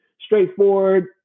straightforward